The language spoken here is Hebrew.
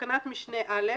- בתקנת משנה (א),